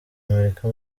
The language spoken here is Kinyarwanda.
amerika